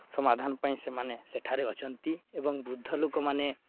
ସମାଧାନ ପାଇଁ ସେମାନେ ସେଠାରେ ଅଛନ୍ତି ଏବଂ ବୃଦ୍ଧ ଲୋକମାନେ